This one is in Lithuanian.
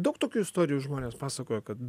daug tokių istorijų žmonės pasakojo kad